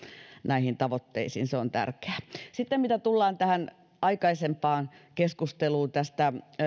näihin tavoitteisiin se on tärkeää sitten mitä tulee aikaisempaan keskusteluun tästä